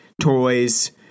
toys